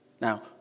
Now